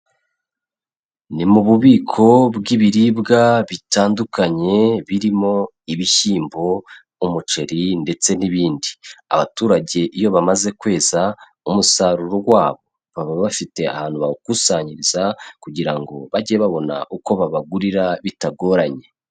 Ni mu bubiko bw'ibiribwa bitandukanye birimo ibishyimbo, umuceri ndetse n'ibindi, abaturage iyo bamaze kweza umusaruro wabo baba bafite ahantu bawukusanyiriza kugira ngo bajye babona uko babagurira bitagoranye.